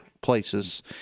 places